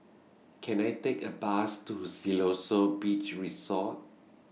Can I Take A Bus to Siloso Beach Resort